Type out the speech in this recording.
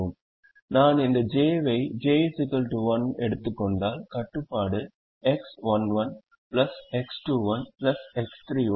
நான் இந்த j வை j 1 ஐ எடுத்துக் கொண்டால் கட்டுப்பாடு X11 X21 X31 1